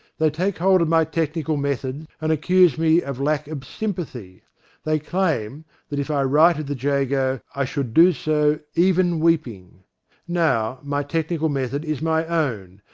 they take hold of my technical method, and accuse me of lack of sympathy they claim that if i write of the jago i should do so even weeping now, my technical method is my own,